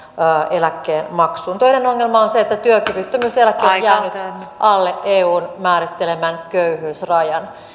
eläkkeenmaksuun toinen ongelma on se että työkyvyttömyyseläkkeet jäävät nyt alle eun määrittelemän köyhyysrajan